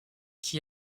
qui